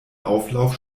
auflauf